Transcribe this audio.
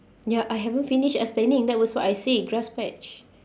ya I haven't finish explaining that was what I say grass patch